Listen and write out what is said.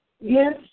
yes